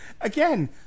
again